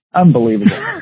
unbelievable